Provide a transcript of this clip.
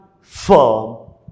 firm